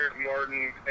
Martin